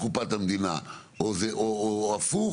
לקופת המדינה או הפוך,